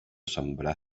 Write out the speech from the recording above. sembrar